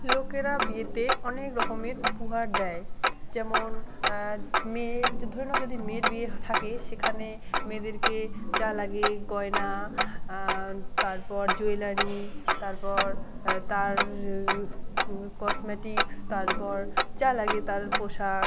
লোকেরা বিয়েতে অনেক রকমের উপহার দেয় যেমন মেয়ে ধরে নাও যদি মেয়ের বিয়ে থাকে সেখানে মেয়েদেরকে যা লাগে গয়না তারপর জুয়েলারি তারপর তার কসমেটিকস তারপর যা লাগে তার পোশাক